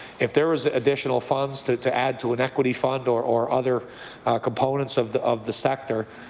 if there was additional funds to to add to an equity fund or or other components of the of the sector,